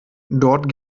dort